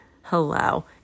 Hello